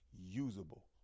usable